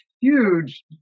huge